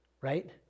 right